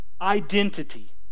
identity